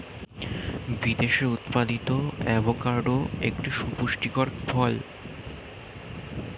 বিদেশে উৎপাদিত অ্যাভোকাডো একটি সুপুষ্টিকর ফল